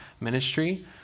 ministry